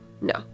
No